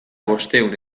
bostehun